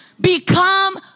Become